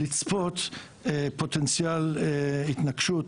לצפות פוטנציאל התנגשות,